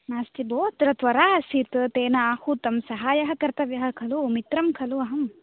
नास्ति भोः अत्र त्वरा आसीत् तेन आहूतं सहाय कर्तव्य खलु मित्रं खलु अहं